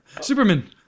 Superman